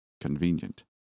Convenient